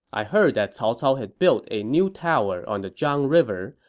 i heard that cao cao had built a new tower on the zhang river,